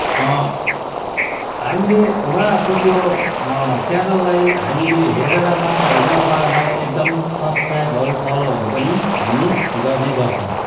हामीले उहाँहरूको त्यो च्यानललाई हामीले हेरेर मात्र होइन उहाँहरूलाई एकदम सब्सक्राइबहरू फलोहरू पनि हामी गर्ने गर्छौँ